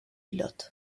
lot